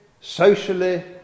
socially